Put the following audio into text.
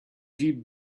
deep